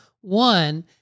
One